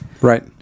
Right